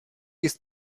ist